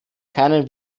keinen